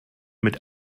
mit